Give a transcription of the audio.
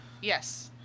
yes